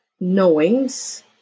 knowings